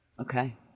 Okay